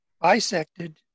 bisected